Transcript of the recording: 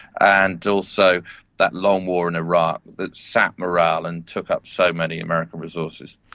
and also that long war in iraq that sapped morale and took up so many american resources.